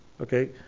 okay